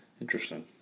Interesting